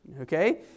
Okay